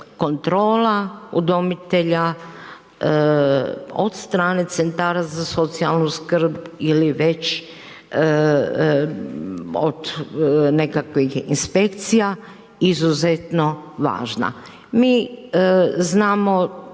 kontrola udomitelja od strane centara za socijalnu skrb ili već od nekakvih inspekcija izuzetno važna. Mi znamo